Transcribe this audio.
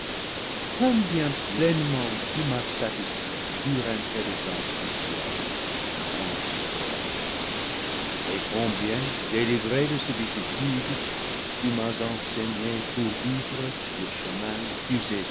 combien pleinement tu m'as satisfait pure intelligence du ciel ange serein et combien délivré de sollicitudes tu m'as enseigné pour vivre le chemin le plus